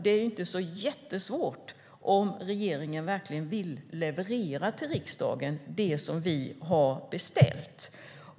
Det är inte jättesvårt om regeringen verkligen vill leverera det som vi i riksdagen har beställt.